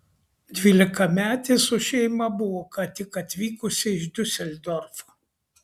dvylikametė su šeima buvo ką tik atvykusi iš diuseldorfo